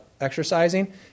exercising